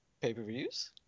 pay-per-views